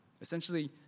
Essentially